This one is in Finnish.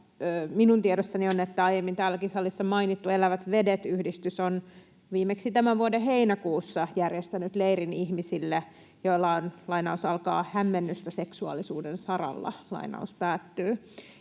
Minun tiedossani on, että aiemmin täälläkin salissa mainittu Elävät Vedet ‑yhdistys on viimeksi tämän vuoden heinäkuussa järjestänyt leirin ihmisille, joilla on ”hämmennystä seksuaalisuuden saralla”. Iltalehti